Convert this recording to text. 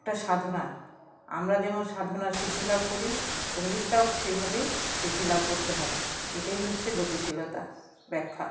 একটা সাধনা আমরা যেমন সাধনা সিদ্ধি লাভ করি সংগীতটাও সেইভাবে সিদ্ধি লাভ করতে হয় এটাই হচ্ছে গতিশীলতা ব্যাখ্যা